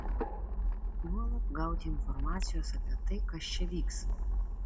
juolab gauti informacijos apie tai kas čia vyks